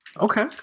Okay